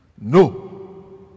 No